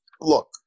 look